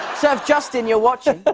so, if, justin, you're watching,